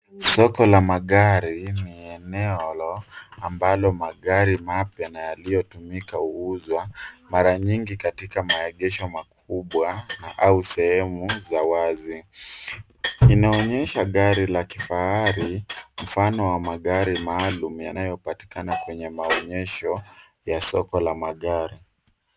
Soko la magari ni eneo ambalo magari mapya na yaliyotumika huuzwa, mara nyingi katika maegesho makubwa au sehemu za wazi. Inaonyesha gari la kifahari mfano wa magari maalum yanayopatikana kwenye maonyesho ya soko la magari.